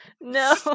No